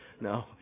No